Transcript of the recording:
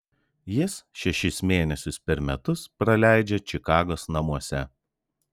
jis šešis mėnesius per metus praleidžia čikagos namuose